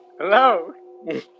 Hello